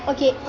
Okay